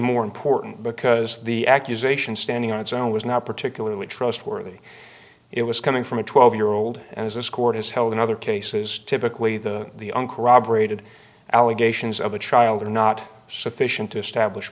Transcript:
more important because the accusation standing on its own was not particularly trustworthy it was coming from a twelve year old and as this court has held in other cases typically the the uncorroborated allegations of a child are not sufficient to establish